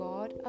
God